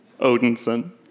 Odinson